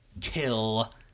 kill